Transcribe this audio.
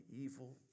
evil